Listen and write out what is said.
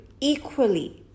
equally